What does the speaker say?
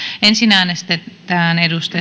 ensin äänestetään